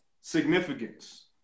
significance